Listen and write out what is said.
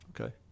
Okay